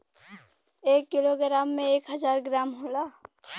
एक kilogram में एक हजार ग्राम होला